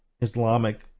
islamic